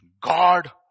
God